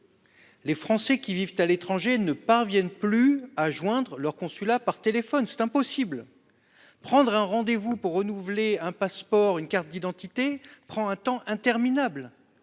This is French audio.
Les Français qui vivent à l'étranger ne parviennent plus à joindre leur consulat par téléphone ; c'est impossible ! Prendre un rendez-vous pour renouveler un passeport ou une carte d'identité prend un temps considérable.